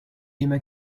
emma